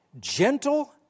gentle